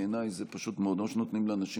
בעיניי זה פשוט מאוד: או שנותנים לאנשים